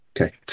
Okay